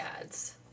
ads